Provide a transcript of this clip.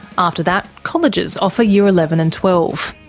after that, colleges offer year eleven and twelve.